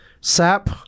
Sap